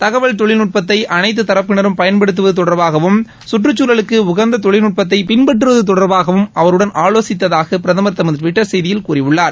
தகவல் தொழில்நுடத்தை அனைத்து தரப்பினரும் பயன்படுத்துவது தொடர்பாகவும் சுற்றுச்சூழலுக்கு உகந்த தொழில்நுட்பத்தை பின்பற்றுவரு தொடர்பாகவும் அவருடன் ஆலோசித்ததாக பிரதமர் தமது டுவிட்டர் செய்தியில் கூறியுள்ளார்